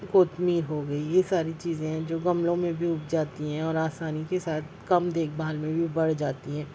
کوتھمیر ہو گئی یہ ساری چیزیں ہیں جو گملوں میں بھی اگ جاتی ہیں اور آسانی کے ساتھ کم دیکھ بھال میں بھی بڑھ جاتی ہیں